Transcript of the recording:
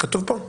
כתוב כאן?